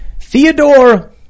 Theodore